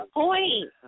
point